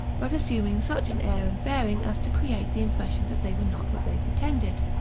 but assuming such an air and bearing as to create the impression that they were not what they pretended.